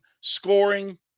scoring